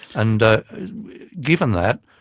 and given that,